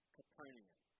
Capernaum